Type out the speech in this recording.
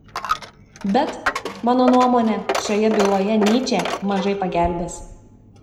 bet mano nuomone šioje byloje nyčė mažai pagelbės